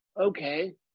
okay